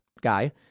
guy